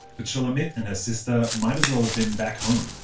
but shulamit and her sister might as well have been back home,